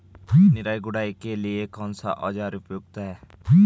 निराई गुड़ाई के लिए कौन सा औज़ार उपयुक्त है?